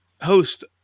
host